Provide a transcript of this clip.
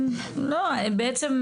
אנחנו גם